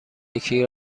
یکی